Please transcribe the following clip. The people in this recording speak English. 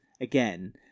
again